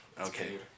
okay